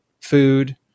food